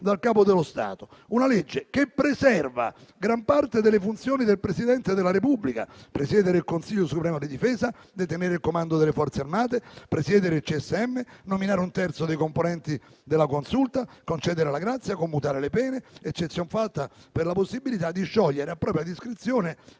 dal Capo dello Stato; una legge che preserva gran parte delle funzioni del Presidente della Repubblica: presiedere il Consiglio supremo di difesa, detenere il comando delle Forze Armate, presiedere il CSM, nominare un terzo dei componenti della Consulta, concedere la grazia, commutare le pene, eccezion fatta per la possibilità di sciogliere a propria discrezione